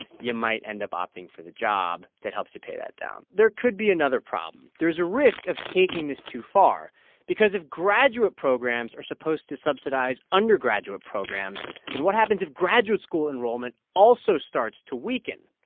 you might end up opting for the job that helps you pay that down. there could be another problem. there is a risk of taking this too far because if graduate programs are supposed to subsidize undergraduate programs, then what happens if graduate school enrollment also starts to weaken?